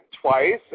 twice